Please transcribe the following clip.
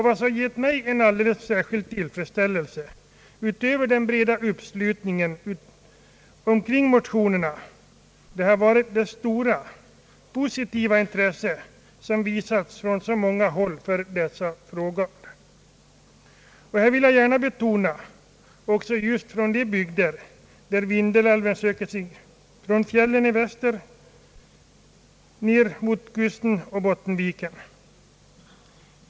Vad som har givit mig en alldeles särskild tillfredsställelse utöver den breda uppslutningen kring motionerna har varit det stora och positiva intresse som har visats denna fråga från så många håll, och — det vill jag gärna betona — även just från de bygder där Vindelälven söker sig från fjällen i väster ner mot kusten och Bottenviken.